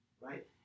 right